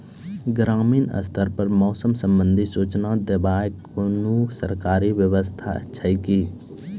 ग्रामीण स्तर पर मौसम संबंधित सूचना देवाक कुनू सरकारी व्यवस्था ऐछि?